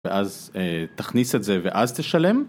ואז תכניס את זה ואז תשלם.